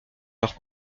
leurs